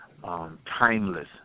timeless